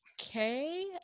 Okay